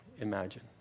Imagine